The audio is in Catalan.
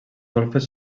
golfes